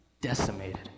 decimated